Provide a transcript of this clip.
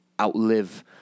outlive